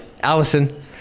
Allison